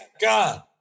God